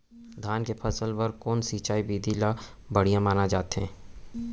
धान के फसल बर कोन सिंचाई विधि ला बढ़िया माने जाथे?